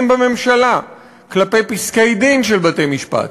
בממשלה כלפי פסקי-דין של בתי-משפט,